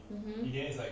um hmm